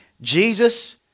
Jesus